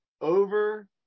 over